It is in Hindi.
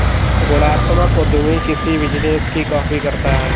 गुणात्मक उद्यमी किसी बिजनेस की कॉपी करता है